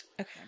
Okay